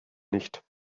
nicht